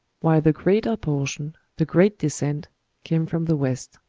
while the greater portion, the great descent came from the west.